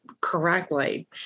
correctly